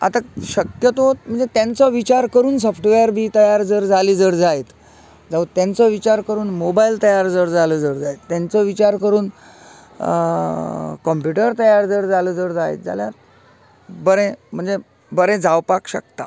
आता शक्यतो म्हणजे तेंचो विचार करून साॅफ्टवेर बी तयार जर जालें जाल्यार जर जायत जांव तेंचो विचार करून मोबायल तयार जर जालो जर जायत तेंचो विचार करून कम्प्युटर तयार जर जालो जर जायत जाल्यार बरें म्हणजे बरें जावपाक शकता